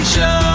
Show